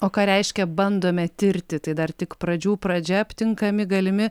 o ką reiškia bandome tirti tai dar tik pradžių pradžia aptinkami galimi